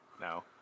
No